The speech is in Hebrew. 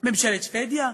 ממשלת שבדיה?